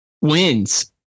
wins